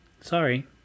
Sorry